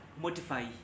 modify